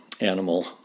animal